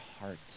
heart